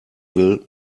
will